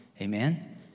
Amen